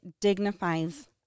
dignifies